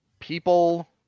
People